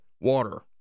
water